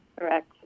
Correct